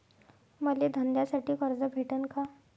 मले धंद्यासाठी कर्ज भेटन का?